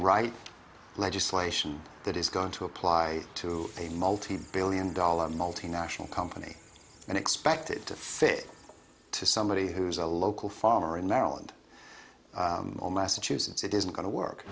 write legislation that is going to apply to a multi billion dollar multinational company and expect it to say to somebody who's a local farmer in maryland all massachusetts it isn't going to work